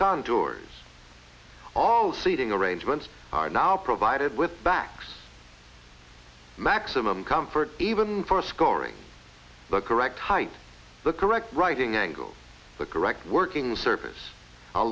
contours all seating arrangements are now provided with backs maximum comfort even for scoring the correct height the correct writing angles the correct working surface a